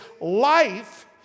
life